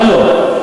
מה לא?